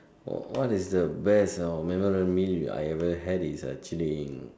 oh what is the best or memorable meal I ever had is actually